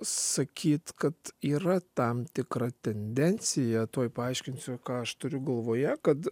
sakyt kad yra tam tikra tendencija tuoj paaiškinsiu ką aš turiu galvoje kad